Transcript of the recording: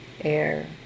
air